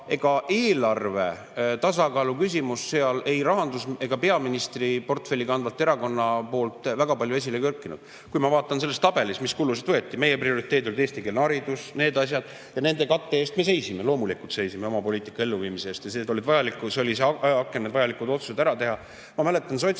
Ega eelarve tasakaalu küsimus seal ei rahandus‑ ega peaministri portfelli kandva erakonna poolt väga palju esile ei kerkinud. Kui ma vaatan seda tabelit, mis kulusid võeti, siis meie prioriteedid olid eestikeelne haridus, need asjad, ja nende katte eest me seisime. Loomulikult seisime oma poliitika elluviimise eest ja see oli see ajaaken, et need vajalikud otsused ära teha. Ma mäletan,